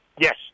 Yes